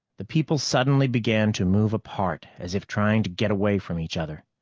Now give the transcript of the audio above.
the people suddenly began to move apart, as if trying to get away from each other.